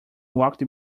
walked